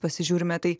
pasižiūrime tai